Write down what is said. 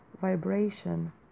vibration